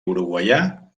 uruguaià